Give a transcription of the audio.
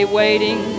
waiting